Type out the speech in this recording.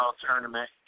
tournament